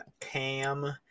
cam